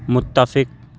متفق